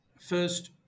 First